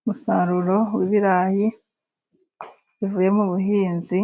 Umusaruro w'ibirayi bivuye mu buhinzi